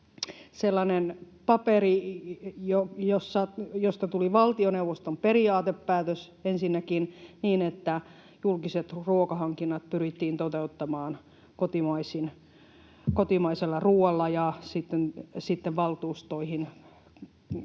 sellainen paperi, josta tuli ensinnäkin valtioneuvoston periaatepäätös niin, että julkiset ruokahankinnat pyrittiin toteuttamaan kotimaisella ruualla, ja sitten valtuustoihin, kuntiin